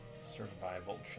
survival